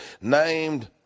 named